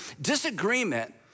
Disagreement